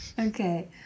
Okay